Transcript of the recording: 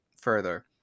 further